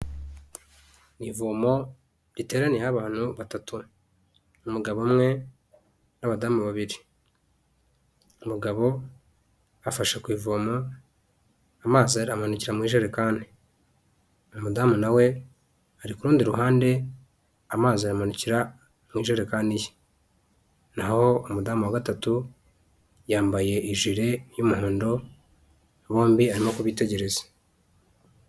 Ivomo riteraniye abantu batatu, umugabo umwe, n'abadamu babiri, umugabo afashe ku ivomo amazi yari amanikirara muri jerekani, umudamu nawe we ari ku rundi ruhande amazi aramanukira mu ijerekani ye, naho umudamu wa gatatu, yambaye ijiri y'umuhondo, bombi arimo kubitegereza.